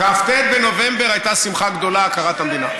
כ"ט בנובמבר הייתה שמחת גדולה, הכרת המדינה.